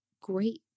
Great